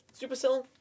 Supercell